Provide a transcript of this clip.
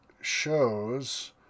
shows